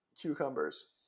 cucumbers